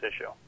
issue